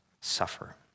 suffer